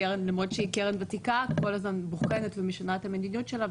קרן שאתם רואים שהיא קרן ותיקה כל הזמן בוחנת ומשנה את המדיניות שלה,